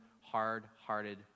hard-hearted